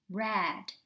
red